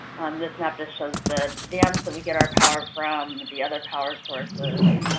this map just shows the dams that we get our power from, the other power sources,